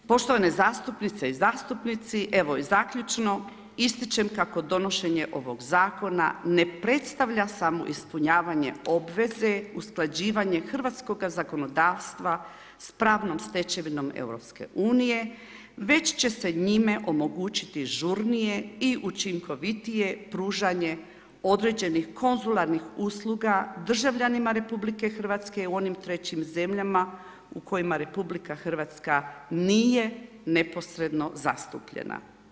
Poštovane zastupnice i zastupnici, evo i zaključno ističem kako donošenje ovog zakona ne predstavlja samo ispunjavanje obveze usklađivanje hrvatskoga zakonodavstva s pravnom stečevinom EU, već će se njime omogućiti žurnije i učinkovitije pružanje određenih konzularnih usluga državljanima RH u onim trećim zemljama u kojima RH nije neposredno zastupljena.